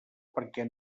perquè